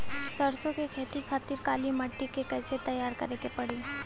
सरसो के खेती के खातिर काली माटी के कैसे तैयार करे के पड़ी?